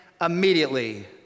immediately